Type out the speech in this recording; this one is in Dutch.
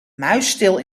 muisstil